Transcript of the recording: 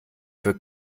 für